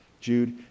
Jude